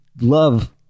love